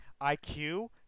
IQ